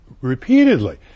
repeatedly